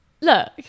Look